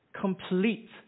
Complete